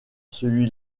celui